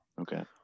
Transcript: Okay